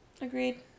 Agreed